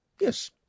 Yes